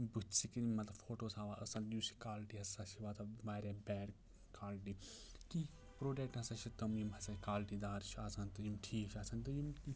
بُتھہِ سِکریٖن مطلب فوٗٹو حظ ہاوان اصٕل یُس یہِ کوالٹی ہَسا چھِ واتان واریاہ بیڈ کوالٹی کیٚنٛہہ پرٛوڈَکٹہٕ ہَسا چھِ تِم یِم ہَسا کوالٹی دار چھِ آسان تہٕ یِم ٹھیٖک چھِ آسان تہٕ یِم